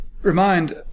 remind